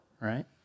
right